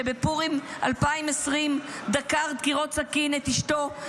שבפורים 2020 דקר בדקירות סכין את אשתו,